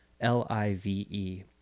L-I-V-E